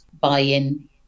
buy-in